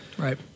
Right